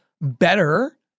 better